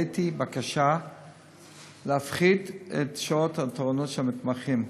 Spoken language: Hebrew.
העליתי בקשה להפחית את שעות התורנות של המתמחים.